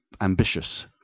ambitious